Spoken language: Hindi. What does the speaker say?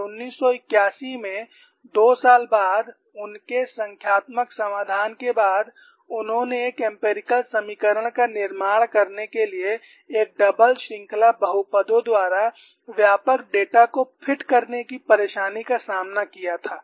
और 1981 में दो साल बाद उनके संख्यात्मक समाधान के बाद उन्होंने एक एम्पिरिकल समीकरण का निर्माण करने के लिए एक डबल श्रृंखला बहुपदों द्वारा व्यापक डेटा को फिट करने की परेशानी का सामना किया था